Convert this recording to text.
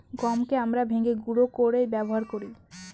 গমকে আমরা ভেঙে গুঁড়া করে ব্যবহার করি